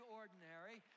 ordinary